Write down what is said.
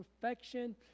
perfection